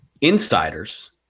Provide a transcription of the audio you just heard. insiders